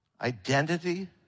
identity